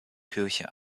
kirche